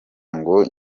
ngo